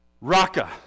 Raka